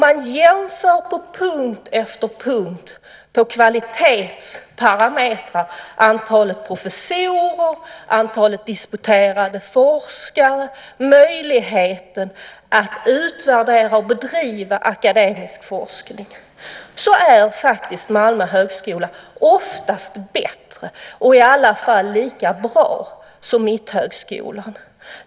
Man jämför på punkt efter punkt på kvalitetsparametrarna antalet professorer och disputerade forskare möjligheten att utvärdera och bedriva akademisk forskning. Malmö högskola är faktiskt oftast bättre, i alla fall lika bra som Mitthögskolan.